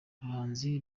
abahanzi